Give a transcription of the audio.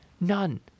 None